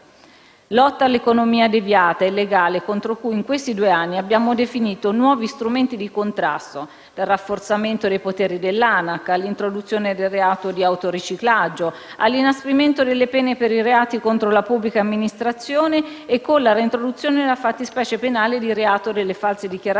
Lotta all'economia deviata e illegale contro cui in questi due anni abbiamo definito nuovi strumenti di contrasto, dal rafforzamento dei poteri dell'ANAC, all'introduzione del reato di autoriciclaggio, all'inasprimento delle pene per i reati contro la pubblica amministrazione e con la reintroduzione della fattispecie penale di reato delle false dichiarazioni